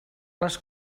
les